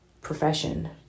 profession